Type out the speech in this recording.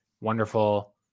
wonderful